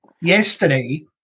yesterday